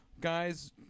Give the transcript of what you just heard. guys